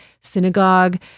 synagogue